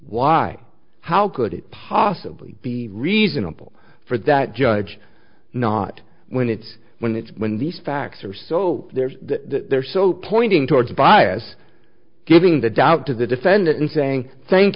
why how could it possibly be reasonable for that judge not when it's when it's when these facts are so there's they're so pointing towards baez giving the doubt to the defendant and saying thank